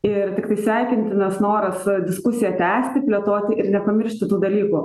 ir tiktai sveikintinas noras šią diskusiją tęsti plėtoti ir nepamiršti tų dalykų